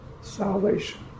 salvation